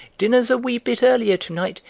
dinner's a wee bit earlier to-night,